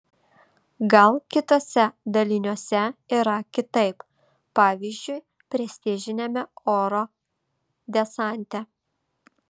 gal kituose daliniuose yra kitaip pavyzdžiui prestižiniame oro desante